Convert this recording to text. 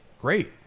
great